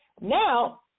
Now